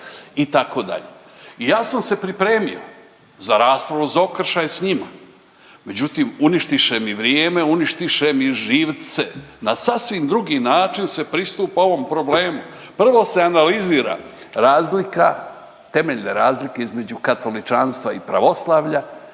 i tako itd. i ja sam se pripremio za raspravu za okršaj s njima, međutim uništiše mi vrijeme, uništiše mi živce. Na sasvim drugi način se pristupa ovom problemu. Prvo se analizira razlika, temeljne razlike između katolišćanstva i pravoslavlja,